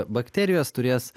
bakterijos turės